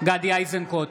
גדי איזנקוט,